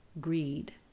greed